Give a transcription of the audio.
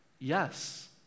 Yes